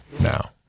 now